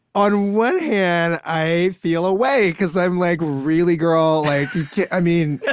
on one hand, i feel a way because i'm, like, really, girl? like, you i mean,